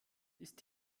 ist